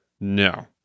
No